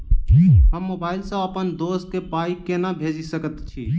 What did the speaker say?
हम मोबाइल सअ अप्पन दोस्त केँ पाई केना भेजि सकैत छी?